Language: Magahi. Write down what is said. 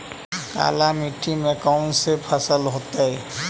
काला मिट्टी में कौन से फसल होतै?